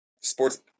Sports